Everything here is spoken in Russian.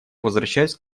возвращаюсь